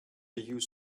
use